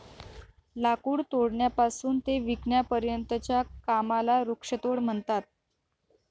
लाकूड तोडण्यापासून ते विकण्यापर्यंतच्या कामाला वृक्षतोड म्हणतात